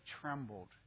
trembled